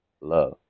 Love